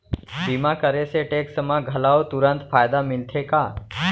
बीमा करे से टेक्स मा घलव तुरंत फायदा मिलथे का?